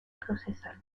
procesal